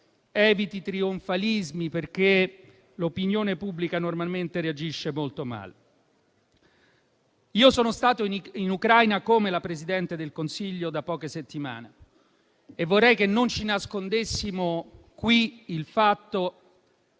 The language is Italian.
eviti trionfalismi, perché l'opinione pubblica normalmente reagisce molto male. Io sono stato in Ucraina, come la Presidente del Consiglio, da poche settimane e vorrei che non ci nascondessimo qui il fatto che